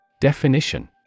Definition